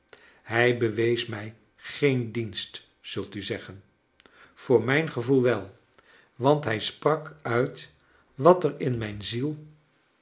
hij bewees mij geen dienst zult u zeggen voor mijn gevoel wel want hij sprak uit wat er in mijn ziel